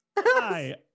hi